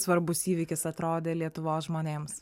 svarbus įvykis atrodė lietuvos žmonėms